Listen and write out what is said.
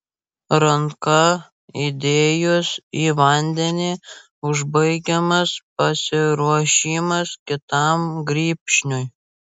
ranką įdėjus į vandenį užbaigiamas pasiruošimas kitam grybšniui